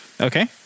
Okay